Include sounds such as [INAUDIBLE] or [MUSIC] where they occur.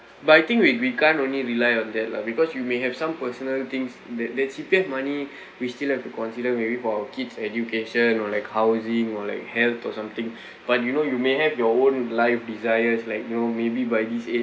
but I think we we can't only rely on that lah because you may have some personal things that that C_P_F money we still have to consider maybe for our kids education or like housing or like health or something [BREATH] but you know you may have your own life desires like you know maybe by this age